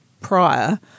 prior